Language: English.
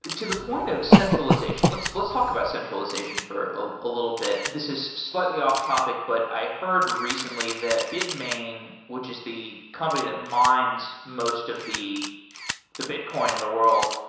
to the point of centralization let's let's talk about centralization for a ah little bit. this is slightly off-topic, but i heard recently that bitmain, which is the company that mines most of the the bitcoin in the world,